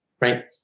right